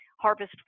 harvest